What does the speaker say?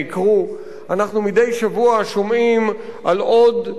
אנחנו מדי שבוע שומעים על עוד קבוצת